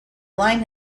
line